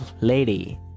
lady